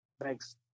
thanks